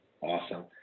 Awesome